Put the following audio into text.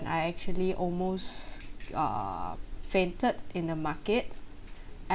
I actually almost err fainted in the market I